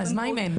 אז מה אם אין?